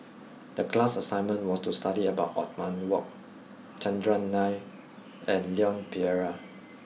the class assignment was to study about Othman Wok Chandran Nair and Leon Perera